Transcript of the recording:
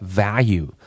value